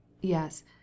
Yes